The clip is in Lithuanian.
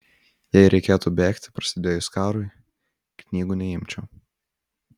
jei reikėtų bėgti prasidėjus karui knygų neimčiau